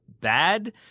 bad